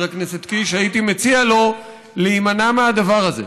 הכנסת הייתי מציע לו להימנע מהדבר הזה.